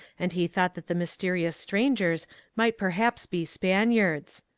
and he thought that the mysterious strangers might perhaps be spaniards.